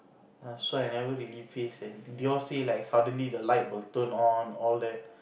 err so I never really faced anything they all say like suddenly the light will turn on and all that